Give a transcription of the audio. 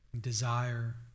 desire